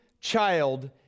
child